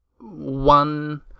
one